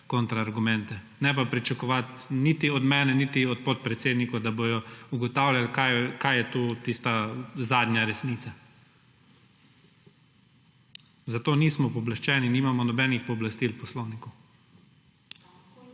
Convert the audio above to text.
kontra argumente. Ne pa pričakovati niti od mene niti od podpredsednikov, da bodo ugotavljali, kaj je tu tista zadnja resnica. Za to nismo pooblaščeni, nimamo nobenih pooblastil v poslovniku.